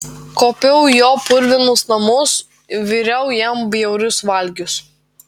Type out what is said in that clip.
kuopiau jo purvinus namus viriau jam bjaurius valgius